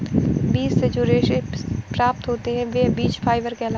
बीज से जो रेशे से प्राप्त होते हैं वह बीज फाइबर कहलाते हैं